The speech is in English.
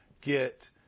get